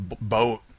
boat